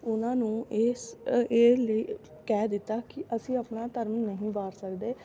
ਉਹਨਾਂ ਨੂੰ ਇਸ ਇਹ ਲਈ ਕਹਿ ਦਿੱਤਾ ਕਿ ਅਸੀਂ ਆਪਣਾ ਧਰਮ ਨਹੀਂ ਵਾਰ ਸਕਦੇ